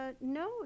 No